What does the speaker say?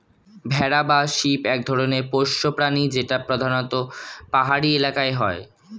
ভেড়া বা শিপ এক ধরনের পোষ্য প্রাণী যেটা প্রধানত পাহাড়ি এলাকায় হয়